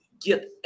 get